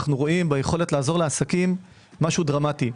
אנו רואים ביכולת לעזור לעסקים משהו דרמטי.